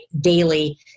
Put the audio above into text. daily